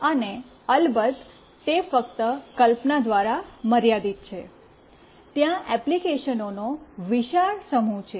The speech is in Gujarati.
અને અલબત્ત તે ફક્ત કલ્પના દ્વારા મર્યાદિત છે ત્યાં એપ્લિકેશનનો વિશાળ સમૂહ છે